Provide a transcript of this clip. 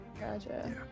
Gotcha